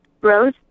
Rose